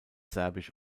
serbisch